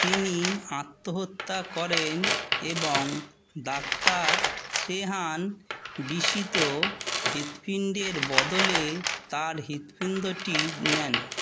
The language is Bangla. তিনি আত্মহত্যা করেন এবং ডাক্তার ত্রেহান বিষিত হৃৎপিণ্ডের বদলে তার হৃৎপিণ্ডটি নেন